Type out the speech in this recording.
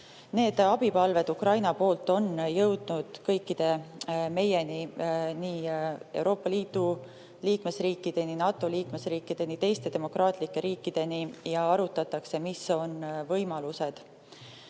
Abipalved Ukrainast on jõudnud meie kõikideni – nii Euroopa Liidu liikmesriikideni, NATO liikmesriikideni kui ka teiste demokraatlike riikideni – ja arutatakse, mis on võimalused.